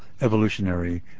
evolutionary